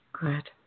Good